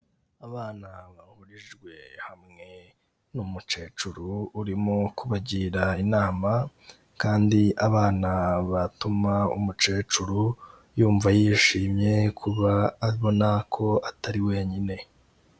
Abana bahurijwe hamwe n'umukecuru urimo kubagira inama, kandi abana batuma umukecuru yumva yishimye, kuba abona ko atari wenyine.